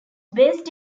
based